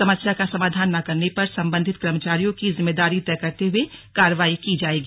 समस्या का समाधान न करने पर संबंधित कर्मचारियों की जिम्मेदारी तय करते हुए कार्रवाई की जाएगी